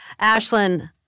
Ashlyn